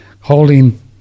holding